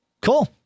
Cool